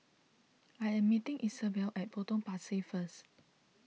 I am meeting Isabell at Potong Pasir first